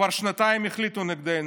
כבר שנתיים החליטו נגדנו.